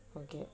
okay